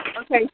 Okay